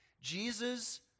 Jesus